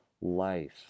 life